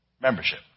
Membership